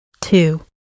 Two